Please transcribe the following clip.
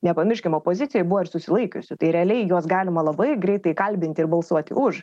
nepamirškim opozicijoj buvo ir susilaikiusių tai realiai juos galima labai greitai kalbinti ir balsuoti už